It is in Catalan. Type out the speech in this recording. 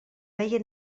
veia